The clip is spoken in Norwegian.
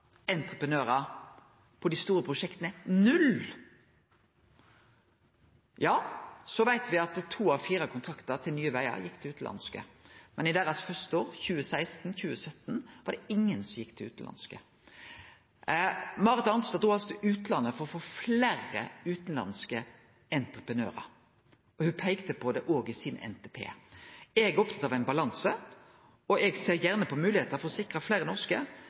entreprenørar, på dei store prosjekta: null. Ja, me veit at to av fire kontraktar til Nye Vegar er gitt til utanlandske, men i deira første år, 2016–2017, var det ingen slike til utanlandske. Marit Arnstad drog altså til utlandet for å få fleire utanlandske entreprenørar. Ho peikte òg på det i sin NTP. Eg er opptatt av balanse og ser gjerne på moglegheiter for å sikre fleire norske,